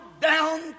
down